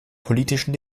politischen